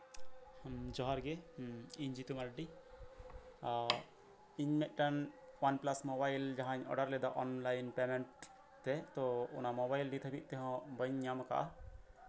ᱡᱚᱦᱟᱨ ᱜᱮ ᱤᱧ ᱡᱤᱛᱩ ᱢᱟᱨᱰᱤ ᱤᱧ ᱢᱤᱫᱴᱟᱱ ᱚᱱ ᱯᱮᱞᱟᱥ ᱢᱳᱵᱟᱭᱤᱞ ᱡᱟᱦᱟᱸᱧ ᱚᱰᱟᱨ ᱞᱮᱫᱟ ᱚᱱᱞᱟᱭᱤᱱ ᱯᱮᱢᱮᱱᱴ ᱛᱮ ᱛᱚ ᱚᱱᱟ ᱢᱳᱵᱟᱭᱤᱞ ᱱᱤᱛ ᱫᱷᱟᱹᱵᱤᱪ ᱛᱮᱸᱦᱚ ᱵᱟᱹᱧ ᱧᱟᱢᱟᱠᱟᱫᱼᱟ